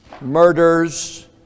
murders